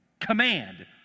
command